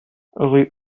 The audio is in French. rue